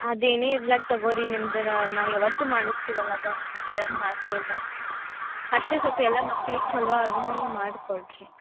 ಅದು ಏನೇ ಇರ್ಲಾಕ್ ತೊಗೋಳ್ರಿ ನಿಮ್ದು ನಾವು ಯಾವತ್ತು ಮಾಡಿಸ್ತೀವಲ್ವ ಅದು ಒಂದು ಹೇಳದು ಮಾತೇ ಇಲ್ಲ ಅಷ್ಟೇ ಸ್ವಲ್ಪ ಎಲ್ಲ ಮಕ್ಳಿಗೆ ಚೊಲೋ ಆಗೋ ಹಂಗೆ ಮಾಡಿಕೊಡ್ರಿ